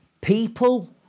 People